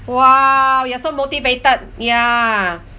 !wah! you are so motivated ya